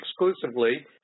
exclusively